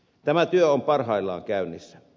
tämä työ on parhaillaan käynnissä